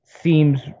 seems